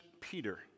Peter